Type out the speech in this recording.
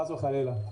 חס וחלילה.